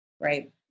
right